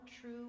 true